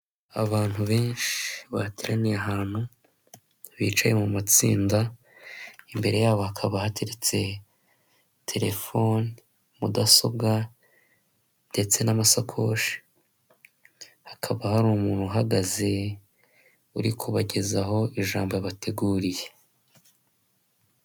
Abantu benshi bateraniye ahantu bicaye mu matsinda, imbere yabo hakaba hagereretse telefoni mudasobwa ndetse n'amasakoshi hakaba hari umuntu uhagaze uri kubagezaho ijambo yabateguriye.